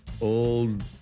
old